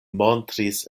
montris